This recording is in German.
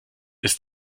ist